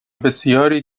بسیاری